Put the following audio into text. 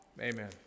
Amen